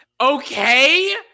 Okay